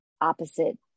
opposite